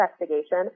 investigation